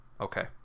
okay